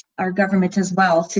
our governments as well to